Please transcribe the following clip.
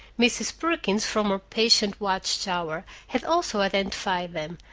mrs. perkins from her patient watch-tower had also identified them,